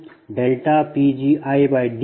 358